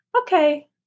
Okay